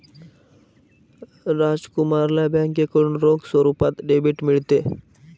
राजकुमारला बँकेकडून रोख स्वरूपात डेबिट मिळते